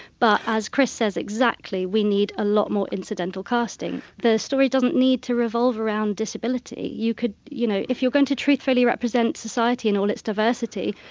but as chris says, exactly, we need a lot more incidental casting. the story doesn't need to revolve around disability, you could you know if you're going to truthfully represent society in all its diversity,